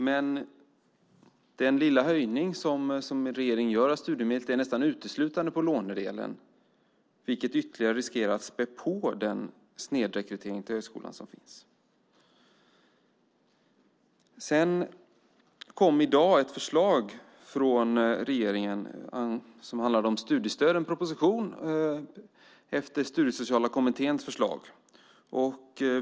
Men den lilla höjning av studiemedlet som regeringen gör är nästan uteslutande på lånedelen, vilket riskerar att ytterligare späda på den snedrekrytering till högskolan som finns. I dag kom en proposition från regeringen som handlar om studiestöd efter Studiesociala kommitténs förslag.